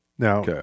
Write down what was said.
Now